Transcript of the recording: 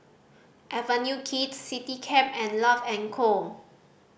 Avenue Kids Citycab and Love and Co